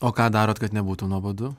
o ką darot kad nebūtų nuobodu